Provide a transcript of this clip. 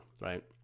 right